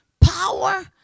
power